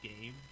game